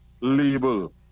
label